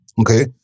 okay